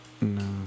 No